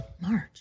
March